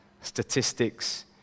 statistics